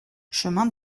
chemin